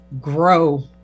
grow